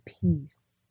peace